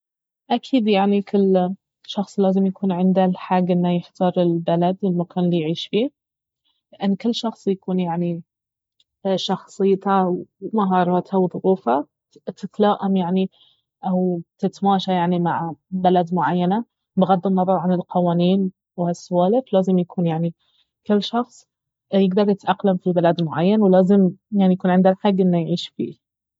اكيد يعني كل شخص لازم يكون عنده الحق انه يختار البلد المكان الي يعيش فيه لان كل شخص يكون يعني شخصيته ومهاراته وظروفه تتلاءم يعني او تتماشى يعني مع بلد معينة بغض النظر عن القوانين وهالسوالف لازم يكون يعني كل شخص يقدر يتاقلم في بلد معين ولازم يعني يكون عنده الحق انه يعيش فيه